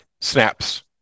snaps